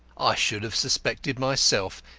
i should have suspected myself,